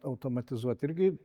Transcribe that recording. automatizuot irgi